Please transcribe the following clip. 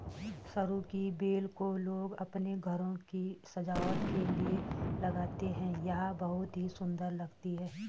सरू की बेल को लोग अपने घरों की सजावट के लिए लगाते हैं यह बहुत ही सुंदर लगती है